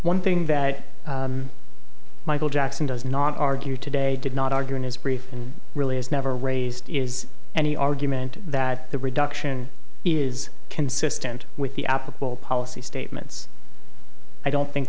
one thing that michael jackson does not argue today did not argue in his brief and really has never raised is any argument that the reduction is consistent with the applicable policy statements i don't think